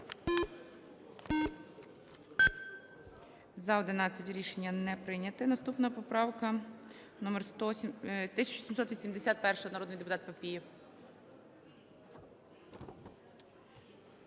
За-11 Рішення не прийнято. Наступна поправка номер 1781. Народний депутат Папієв.